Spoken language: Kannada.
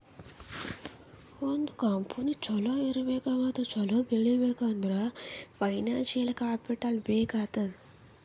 ಒಂದ್ ಕಂಪನಿ ಛಲೋ ಇರ್ಬೇಕ್ ಮತ್ತ ಛಲೋ ಬೆಳೀಬೇಕ್ ಅಂದುರ್ ಫೈನಾನ್ಸಿಯಲ್ ಕ್ಯಾಪಿಟಲ್ ಬೇಕ್ ಆತ್ತುದ್